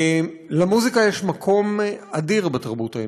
למוזיקה יש מקום אדיר בתרבות האנושית.